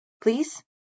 Please